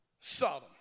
Sodom